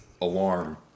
alarm